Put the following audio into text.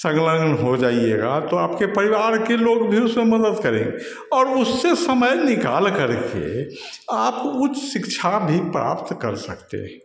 संलग्न हो जाइएगा तो आपके परिवार के लोग भी उसमें मदद करेंगे और उस से समय निकाल करके आप उच्च शिक्षा भी प्राप्त कर सकते हैं